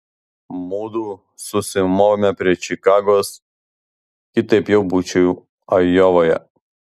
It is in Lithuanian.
mudu susimovėme prie čikagos kitaip jau būčiau ajovoje